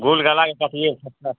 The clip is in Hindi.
गोल गला के काटिए इकट्ठा